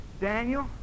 Daniel